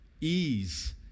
ease